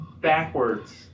backwards